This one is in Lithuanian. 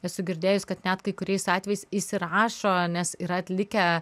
esu girdėjus kad net kai kuriais atvejais įsirašo nes yra atlikę